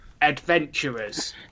Adventurers